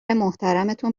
محترمتون